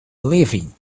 leaving